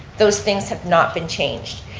those things have not been changed.